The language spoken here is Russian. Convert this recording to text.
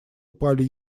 упали